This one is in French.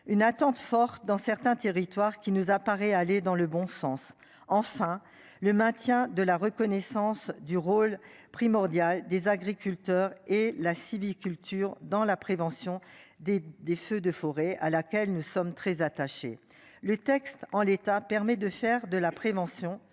une attente forte dans certains territoires qui nous apparaît aller dans le bon sens, enfin le maintien de la reconnaissance du rôle primordial des agriculteurs et la sylviculture dans la prévention des des feux de forêt à laquelle nous sommes très attachés. Le texte en l'état, permet de faire de la prévention